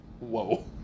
whoa